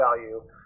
value